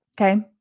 Okay